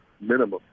minimum